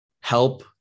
help